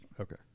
Okay